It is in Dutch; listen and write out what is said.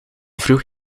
vroeg